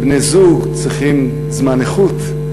ובני-זוג צריכים זמן איכות,